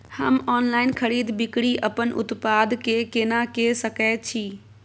हम ऑनलाइन खरीद बिक्री अपन उत्पाद के केना के सकै छी?